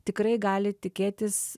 tikrai gali tikėtis